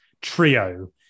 trio